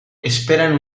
esperan